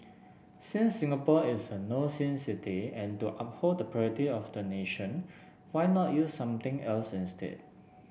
since Singapore is a no sin city and to uphold the purity of the nation why not use something else instead